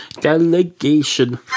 delegation